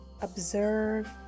Observe